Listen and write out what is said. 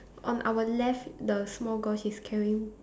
on our left the small girls is carrying